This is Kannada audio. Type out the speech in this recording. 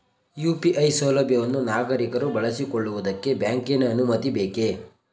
ಯು.ಪಿ.ಐ ಸೌಲಭ್ಯವನ್ನು ನಾಗರಿಕರು ಬಳಸಿಕೊಳ್ಳುವುದಕ್ಕೆ ಬ್ಯಾಂಕಿನ ಅನುಮತಿ ಬೇಕೇ?